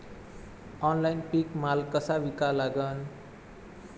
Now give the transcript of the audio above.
Online पीक माल कसा विका लागन?